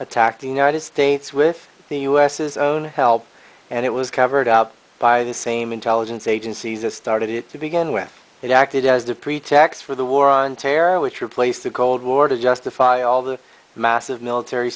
attacked the united states with the us is own help and it was covered up by the same intelligence agencies that started it to begin with it acted as a pretext for the war on terror which replace the cold war to justify all the massive military